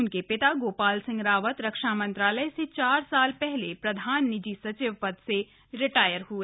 उनके पिता गोपाल सिंह रावत रक्षा मंत्रालय से चार साल पहले प्रधान निजी सचिव पद से रिटायर हुए